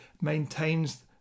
maintains